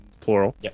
Plural